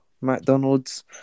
McDonald's